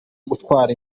gutwara